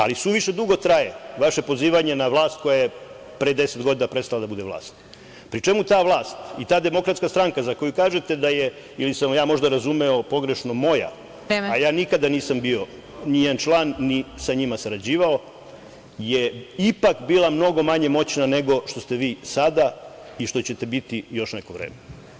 Ali, suviše drugo traje vaše pozivanje na vlast koje pre 10 godina prestalo da bude vlast, pri čemu ta vlast i ta Demokratska stranka za koju kažete da je ili sam ja možda razumeo pogrešno moja, a ja nikada nisam bio ni njen član, ni sa njima sarađivao, je ipak bila mnogo manje moćna nego što ste vi sada i što ćete biti još neko vreme.